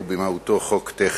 הוא במהותו חוק טכני.